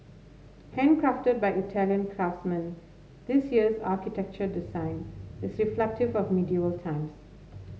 handcrafted by Italian craftsmen this year's architecture design is reflective of medieval times